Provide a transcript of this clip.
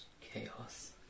chaos